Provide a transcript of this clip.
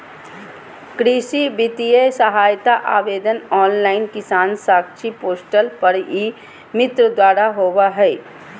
कृषि वित्तीय सहायता आवेदन ऑनलाइन किसान साथी पोर्टल पर ई मित्र द्वारा होबा हइ